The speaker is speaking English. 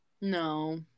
No